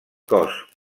cos